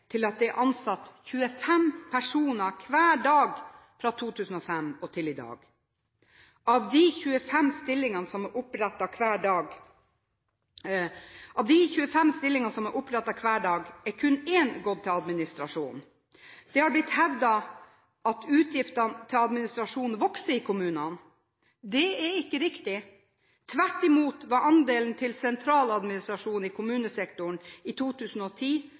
til at det er ansatt 25 personer hver dag fra 2005 og til i dag. Av de 25 stillingene som er opprettet hver dag, har kun én gått til administrasjon. Det har blitt hevdet at utgiftene til administrasjon vokser i kommunene. Det er ikke riktig. Tvert imot var andelen til sentraladministrasjonen i kommunesektoren i 2010